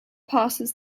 passes